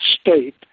state